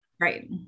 Right